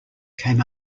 came